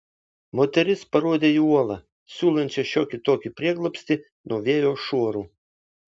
moteris parodė į uolą siūlančią šiokį tokį prieglobstį nuo vėjo šuorų